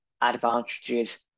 advantages